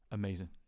amazing